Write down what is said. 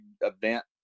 event